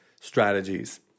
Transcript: strategies